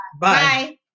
Bye